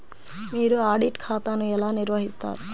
మీరు ఆడిట్ ఖాతాను ఎలా నిర్వహిస్తారు?